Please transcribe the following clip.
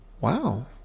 Wow